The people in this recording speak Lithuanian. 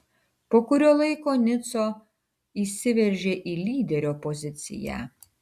po kurio laiko nico įsiveržė į lyderio poziciją